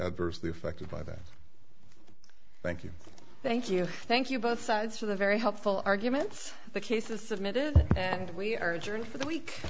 adversely affected by that thank you thank you thank you both sides for the very helpful arguments the cases submitted that we are joined for that week